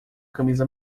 camisa